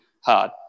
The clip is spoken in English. hard